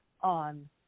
on